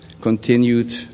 continued